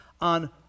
on